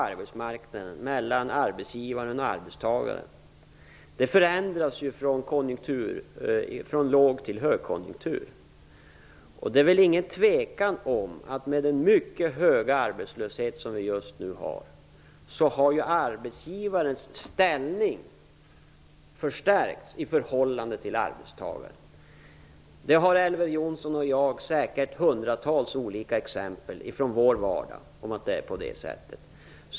Förhållandet mellan arbetsgivaren och arbetstagaren på arbetsmarknaden förändras mellan låg och högkonjunktur. Det är ingen tvekan om att arbetsgivarens ställning i förhållande till arbetstagaren har förstärkts med den mycket höga arbetslöshet vi just nu har. Elver Jonsson och jag har säkert hundratals olika exempel från vår vardag på att det är på det sättet.